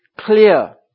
clear